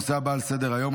הנושא הבא על סדר-היום,